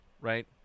right